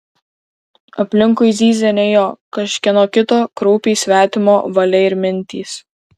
aplinkui zyzė ne jo kažkieno kito kraupiai svetimo valia ir mintys